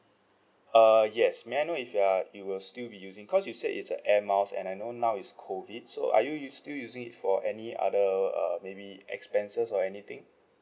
err yes may I know if you are you will still be using because you said it's a air miles and I know now is COVID so are you still using it for any other uh maybe expenses or anything